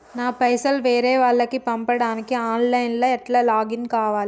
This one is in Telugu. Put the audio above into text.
నా పైసల్ వేరే వాళ్లకి పంపడానికి ఆన్ లైన్ లా ఎట్ల లాగిన్ కావాలి?